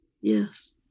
Yes